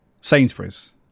Sainsbury's